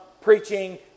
preaching